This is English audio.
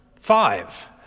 five